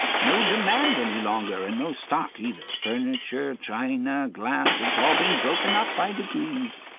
no demand any longer, and no stock either. furniture, china, glass it's all been broken up by degrees.